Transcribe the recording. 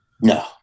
no